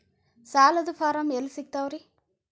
ಸಾಲದ ಫಾರಂ ಎಲ್ಲಿ ಸಿಕ್ತಾವ್ರಿ?